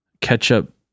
ketchup